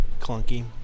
clunky